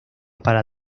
para